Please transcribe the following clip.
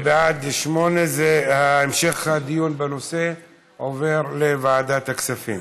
בעד, 8. המשך הדיון בנושא עובר לוועדת הכספים.